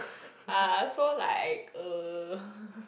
uh so like uh